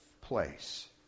place